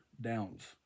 Downs